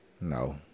No